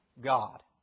God